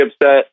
upset